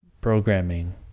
programming